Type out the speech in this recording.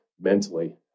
mentally